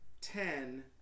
ten